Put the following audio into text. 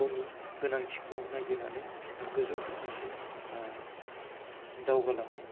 गावनि गोनांथिखौ नायगिरनानै गोजौ थाखोसिम दावगालांनो